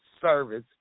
service